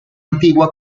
antigua